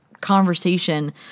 conversation